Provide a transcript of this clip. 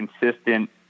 consistent